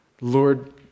Lord